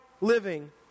living